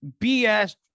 BS